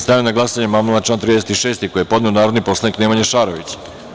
Stavljam na glasanje amandman na član 41. koji je podneo narodni poslanik Nemanja Šarović.